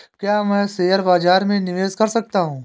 क्या मैं शेयर बाज़ार में निवेश कर सकता हूँ?